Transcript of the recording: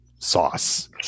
sauce